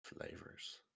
flavors